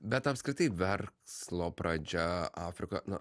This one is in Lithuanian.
bet apskritai verslo pradžia afrikoje nu